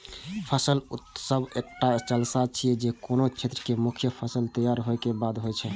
फसल उत्सव एकटा जलसा छियै, जे कोनो क्षेत्रक मुख्य फसल तैयार होय के बाद होइ छै